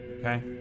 Okay